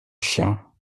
chien